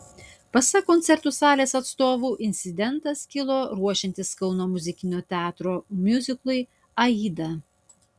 pasak koncertų salės atstovų incidentas kilo ruošiantis kauno muzikinio teatro miuziklui aida